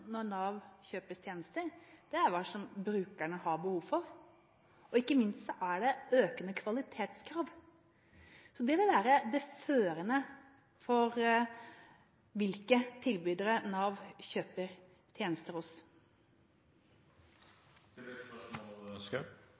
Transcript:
når Nav kjøper tjenester, er hva brukerne har behov for – ikke minst er det økende kvalitetskrav. Det må være det førende for hvilke tilbydere Nav kjøper tjenester